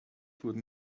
wurde